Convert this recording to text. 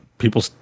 People